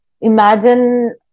imagine